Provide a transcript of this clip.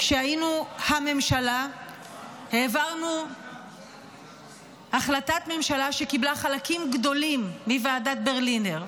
כשהיינו הממשלה העברנו החלטת ממשלה שקיבלה חלקים גדולים מוועדת ברלינר.